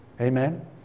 Amen